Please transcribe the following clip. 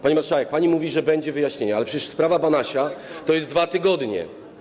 Pani marszałek, pani mówi, że będzie wyjaśnienie, ale przecież sprawa Banasia to są 2 tygodnie.